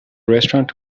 restaurant